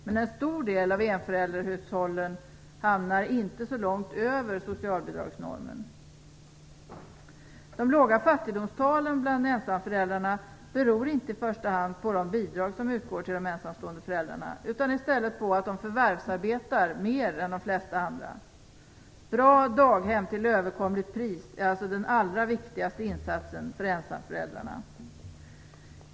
Men en stor del av enföräldershushållen hamnar inte så långt över socialbidragsnormen. De låga fattigdomstalen bland ensamföräldrarna beror inte i första hand på de bidrag som utgår till de ensamstående föräldrarna utan i stället på att de förvärvsarbetar mer än de flesta andra. Bra daghem till överkomligt pris är alltså den allra viktigaste insatsen för ensamföräldrarna.